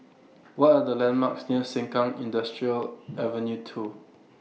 What Are The landmarks near Sengkang Industrial Avenue two